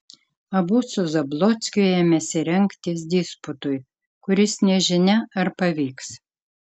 abu su zablockiu ėmėsi rengtis disputui kuris nežinia ar pavyks